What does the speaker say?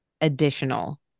additional